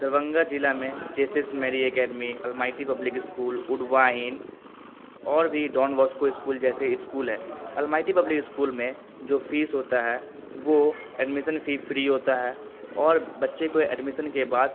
دربھنگہ ضلع میں Jesus Mary academy almighty public school اڈوائن اور بھی ڈون باسکو اسکول جیسے اسکول ہے المائٹی پبلک اسکول میں جو فیس ہوتا ہے وہ ایڈمیشن فی فری ہوتا ہے اور بچے کو ایڈمیشن کے بعد